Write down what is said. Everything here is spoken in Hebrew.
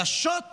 קשות וכואבות.